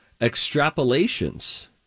Extrapolations